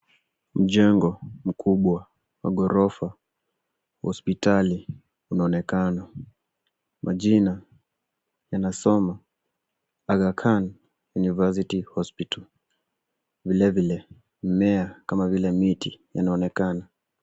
Mjengo mkubwa wa ghorofa hospitali unaonekana majina yanasoma Agha Khan University Hospital vile vile mimea kama vile miti yanaonekana